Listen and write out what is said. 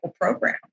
program